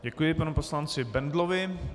Děkuji panu poslanci Bendlovi.